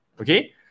okay